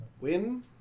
win